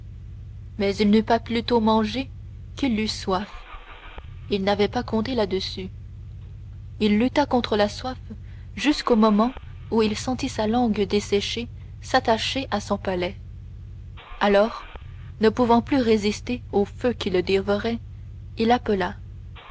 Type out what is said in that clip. mais il n'eut pas plus tôt mangé qu'il eut soif il n'avait pas compté là-dessus il lutta contre la soif jusqu'au moment où il sentit sa langue desséchée s'attacher à son palais alors ne pouvant plus résister au feu qui le dévorait il appela